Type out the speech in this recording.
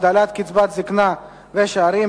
הגדלת קצבת זיקנה ושאירים),